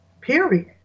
Period